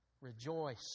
Rejoice